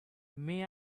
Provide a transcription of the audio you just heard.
may